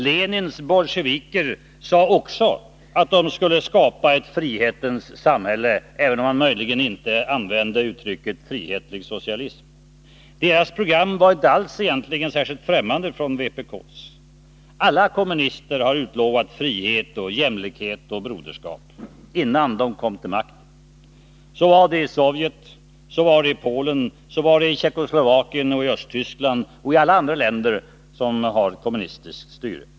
Lenins bolsjeviker sade också att de skulle skapa ett frihetens samhälle, även om de möjligen inte använde uttrycket frihetlig socialism. Deras program var egentligen inte alls särskilt ffämmande från vpk:s. Alla kommunister har utlovat frihet, jämlikhet och broderskap, innan de kommit till makten. Så var det i Sovjet. Så var det i Polen. Så var det i Tjeckoslovakien och Östtyskland och i alla andra länder som har kommunistiskt styre.